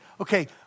okay